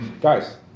Guys